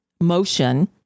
motion